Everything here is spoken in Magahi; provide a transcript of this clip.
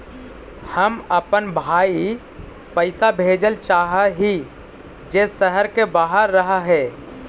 हम अपन भाई पैसा भेजल चाह हीं जे शहर के बाहर रह हे